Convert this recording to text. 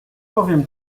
powiem